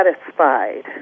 satisfied